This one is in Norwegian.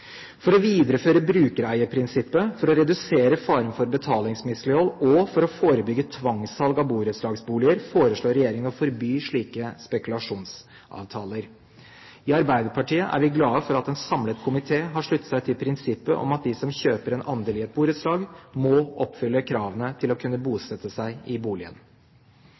For å videreføre brukereieprinsippet, for å redusere faren for betalingsmislighold og for å forebygge tvangssalg av borettslagsboliger foreslår regjeringen å forby slike spekulasjonsavtaler. I Arbeiderpartiet er vi glade for at en samlet komité har sluttet seg til prinsippet om at de som kjøper en andel i et borettslag, må oppfylle kravene til å kunne bosette seg i boligen.